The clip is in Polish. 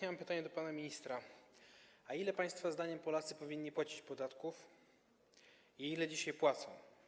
Ja mam pytanie do pana ministra: Ile państwa zdaniem Polacy powinni płacić podatków i ile dzisiaj płacą?